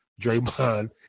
Draymond